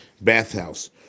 bathhouse